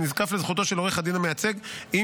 שנזקף לזכותו של עורך הדין המייצג עם